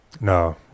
No